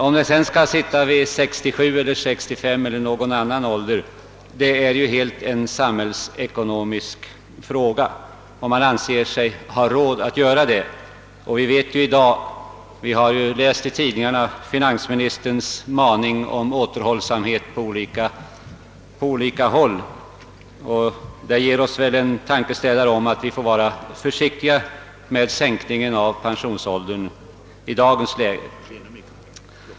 Om den sedan skall sättas vid 65 år, 67 eller någon annan ålder är helt och hållet en samhällsekonomisk fråga. Vi har i dag i tidningarna läst finansministerns maning om återhållsamhet med utgifterna på olika områden. Det ger oss väl en tankeställare att vara försiktiga med en sänkning av pensionsåldern i dagens läge.